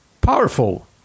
Powerful